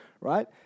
Right